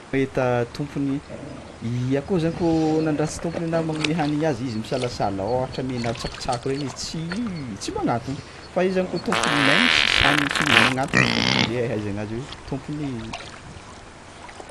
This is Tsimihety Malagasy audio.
Hita tompony i akôho zany kôa nandraha tsy tômpony anà magnome hanigny azy izy misalasala ôhatra amena tsakotsako regny izy tsy tsy magnatogno fa izy zany kôa tômpony même tsisy hanigny ake izy magnatogno foagna zay ahaizagna azy tômpony izy.